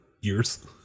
years